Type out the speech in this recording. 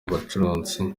bacuranzi